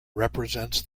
represents